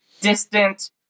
distant